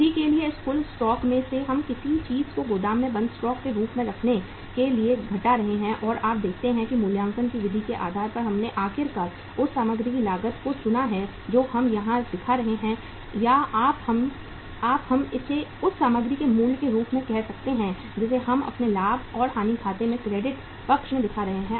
बिक्री के लिए इस कुल स्टॉक में से हम किसी चीज़ को गोदाम में बंद स्टॉक के रूप में रखने के लिए घटा रहे हैं और आप देखते हैं कि मूल्यांकन की विधि के आधार पर हमने आखिरकार उस सामग्री की लागत को चुना है जो हम यहां दिखा रहे हैं या आप हम इसे उस सामग्री के मूल्य के रूप में कह सकते हैं जिसे हम अपने लाभ और हानि खाते के क्रेडिट पक्ष में दिखा रहे हैं आप देखते हैं कि मूल्य अलग है